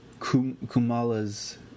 Kumala's